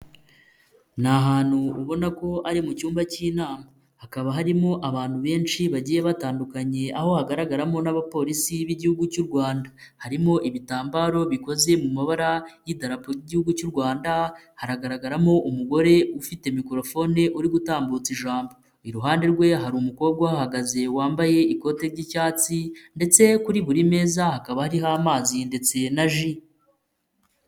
Ni ahantutu ubona ko ari mu cyumba cy'inama hakaba harimo abantu benshi bagiye batandukanye aho hagaragaramo n'abapolisi b'igihugu cy'u Rwanda, harimo ibitambaro bikoze mu mabara y'idarapo ry'igihugu cy'u Rwanda, haragaragaramo umugore ufite mikorofone uri gutambutsa ijambo, iruhande rwe hari umukobwa uhagaze wambaye ikote ry'icyatsi ndetse kuri buri meza hakaba hariho amazi ndetse na ji.